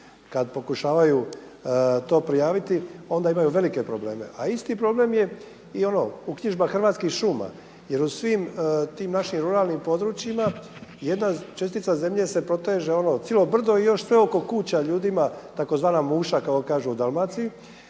kada pokušavaju to prijaviti onda imaju velike probleme. A isti problem je i ono uknjižba Hrvatskih šuma. Jer u svim tim našim ruralnim područjima jedn čestica zemlje se proteže ono cijelo brdo i još sve oko kuća ljudima tzv. muša kako kažu u Dalmaciji,